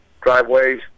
driveways